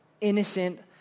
innocent